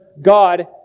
God